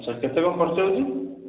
ଆଚ୍ଛା କେତେ କ'ଣ ଖର୍ଚ୍ଚ ହେଉଛି